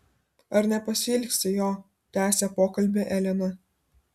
ar nepasiilgsti jo tęsia pokalbį elena